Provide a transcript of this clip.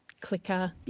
clicker